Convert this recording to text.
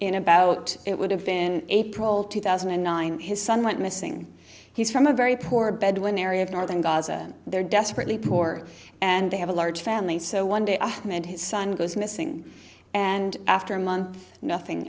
in about it would have been april two thousand and nine his son went missing he's from a very poor bedouin area of northern gaza and they're desperately poor and they have a large family so one day ahmed his son goes missing and after a month nothing